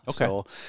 Okay